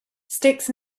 sticks